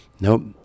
Nope